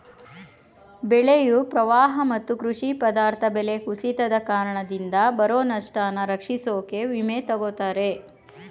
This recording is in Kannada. ಬೆಳೆಯು ಪ್ರವಾಹ ಮತ್ತು ಕೃಷಿ ಪದಾರ್ಥ ಬೆಲೆ ಕುಸಿತದ್ ಕಾರಣದಿಂದ ಬರೊ ನಷ್ಟನ ರಕ್ಷಿಸೋಕೆ ವಿಮೆ ತಗತರೆ